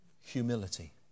humility